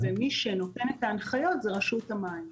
מי שנותן את ההנחיות זה רשות המים.